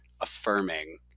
affirming